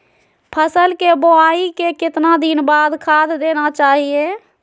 फसल के बोआई के कितना दिन बाद खाद देना चाइए?